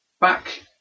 back